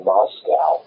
Moscow